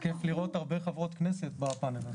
גם כיף לראות הרבה חברות כנסת בפאנל הזה.